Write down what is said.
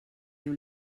diu